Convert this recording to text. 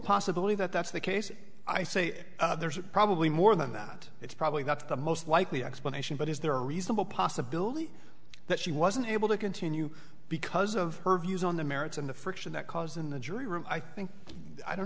possibility that that's the case i say there's probably more than that it's probably that's the most likely explanation but is there a reasonable possibility that she wasn't able to continue because of her views on the merits and the friction that caused in the jury room i think i don't